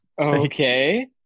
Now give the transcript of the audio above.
okay